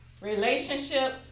relationship